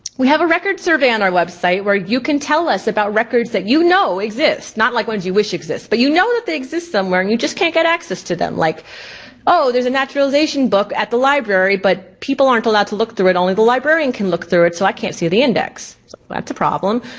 we have a record survey on our website where you can tell us about records that you know exist. not like ones you wish exist, but you know that they exist somewhere and you just can't get access to them. like oh there's a naturalization book at the library, but people aren't allowed to look through it, only the librarian can look through it, so i can't see the index, so that's a problem.